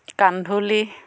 কান্ধুলি